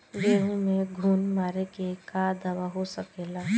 गेहूँ में घुन मारे के का दवा हो सकेला?